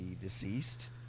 deceased